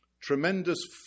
tremendous